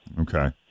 Okay